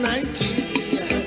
Nigeria